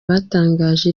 batangaje